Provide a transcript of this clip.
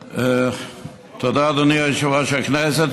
תודה, אדוני יושב-ראש הכנסת.